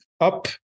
up